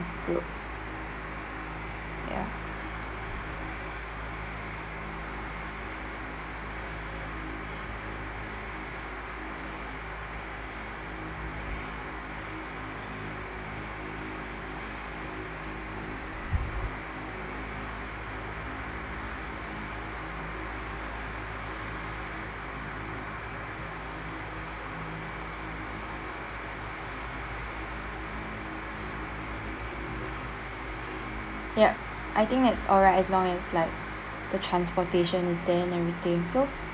group ya yup I think that's alright as long as like the transportation is there and everything so